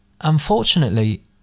Unfortunately